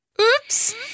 Oops